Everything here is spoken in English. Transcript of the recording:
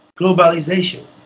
globalization